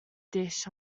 dish